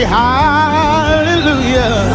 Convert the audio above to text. hallelujah